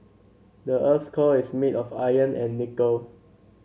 the earth's core is made of iron and nickel